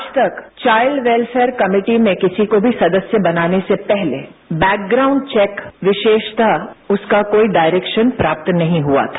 आज तक child welfare committee में किसी को भी सदस्य बनाने से पहले बैकग्राउंड चौक विरोधतरू उसका कोई डायरेक्शन प्राप्त नहीं हुआ था